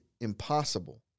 impossible